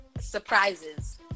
surprises